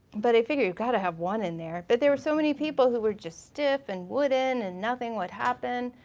but i figure you've gotta have one in there. but there were so many people who were just stiff and wooden and nothing would happen.